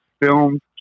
filmed